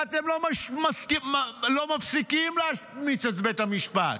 ואתם לא מפסיקים להשמיץ את בית המשפט,